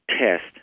test